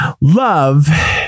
Love